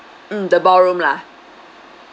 mm the ballroom lah